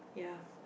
ya